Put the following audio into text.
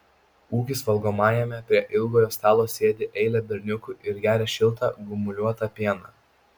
ūkis valgomajame prie ilgojo stalo sėdi eilė berniukų ir geria šiltą gumuliuotą pieną